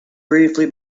briefly